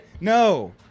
No